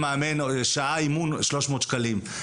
כל שעה אימון שלוש מאות שקלים.